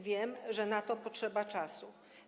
Wiem, że na to potrzeba czasu.